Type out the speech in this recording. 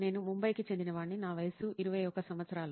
నేను ముంబైకి చెందినవాడిని నా వయసు 21 సంవత్సరాలు